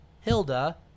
Hilda